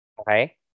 Okay